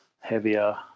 heavier